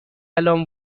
الان